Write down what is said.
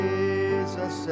Jesus